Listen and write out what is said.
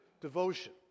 devotion